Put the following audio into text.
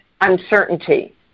uncertainty